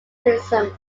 criticism